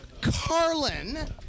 carlin